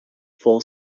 full